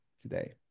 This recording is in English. today